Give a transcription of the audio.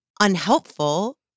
unhelpful